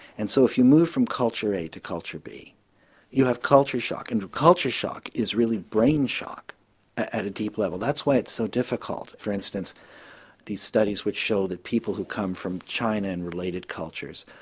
and so if you move from culture a to culture b you have culture shock and culture shock is really brain shock at a deep level. that's why it's so difficult for instance these studies which show that people who come from china and related cultures,